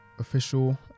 official